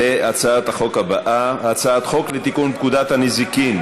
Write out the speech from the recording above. להצעת החוק הבאה: הצעת חוק לתיקון פקודת הנזיקין